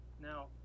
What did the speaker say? Now